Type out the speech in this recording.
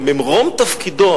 וממרום תפקידו,